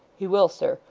he will, sir,